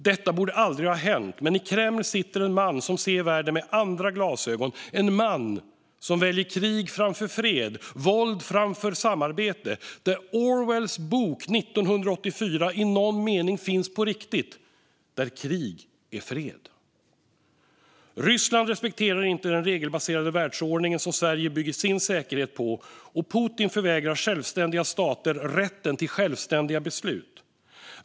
Detta borde aldrig ha hänt, men i Kreml sitter en man som ser världen med andra glasögon - en man som väljer krig framför fred och våld framför samarbete. Där finns handlingen i Orwells bok 1984 i någon mening på riktigt: Där är krig fred. Ryssland respekterar inte den regelbaserade världsordningen, som Sverige bygger sin säkerhet på. Och Putin förvägrar självständiga stater rätten att fatta självständiga beslut.